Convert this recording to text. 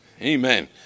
amen